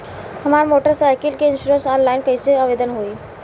हमार motorcycle के insurance online कईसे आवेदन होई?